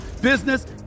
business